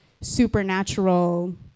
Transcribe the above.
supernatural